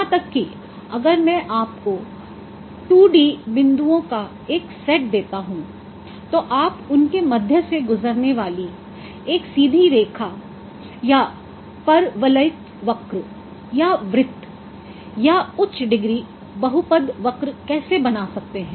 यहां तक कि अगर मैं आपको 2 डी बिंदुओं का एक सेट देता हूं तो आप उनके मध्य से गुजरने वाली एक सीधी रेखा या परवलयिक वक्र या वृत्त या उच्च डिग्री बहुपद वक्र कैसे बना सकते हैं